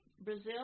Brazil